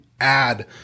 add